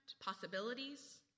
possibilities